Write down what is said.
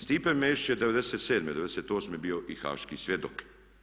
Stipe Mesić je '97., '98. bio i haški svjedok.